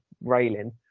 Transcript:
railing